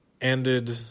ended